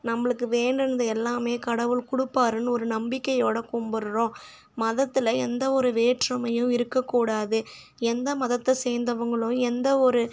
நம்மளுக்கு வேணும்ன்து எல்லாம் கடவுள் கொடுப்பாருனு ஒரு நம்பிக்கையோடு கும்பிடுறோம் மதத்தில் எந்த ஒரு வேற்றுமையும் இருக்க கூடாது எந்த மதத்தை சேந்தவங்களோ எந்த ஒரு